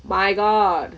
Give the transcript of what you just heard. my god